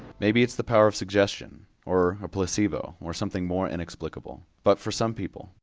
maybe it's the power of suggestion, or a placebo, or something more inexplicable, but for some people,